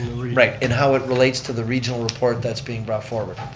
right, and how it relates to the regional report that's being brought forward.